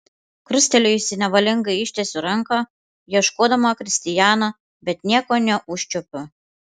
krustelėjusi nevalingai ištiesiu ranką ieškodama kristijano bet nieko neužčiuopiu